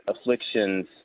afflictions